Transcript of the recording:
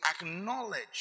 acknowledge